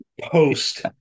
post